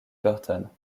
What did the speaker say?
burton